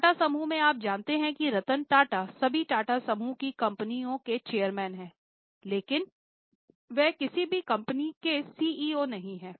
टाटा समूह में आप जानते हैं कि रतन टाटा सभी टाटा समूह की कंपनियों के चेयरमैन हैं लेकिन वह किसी भी कंपनी के सीईओ नहीं हैं